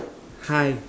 hi